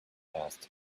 passed